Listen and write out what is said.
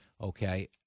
Okay